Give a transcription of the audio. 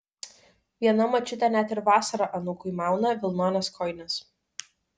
viena močiutė net ir vasarą anūkui mauna vilnones kojines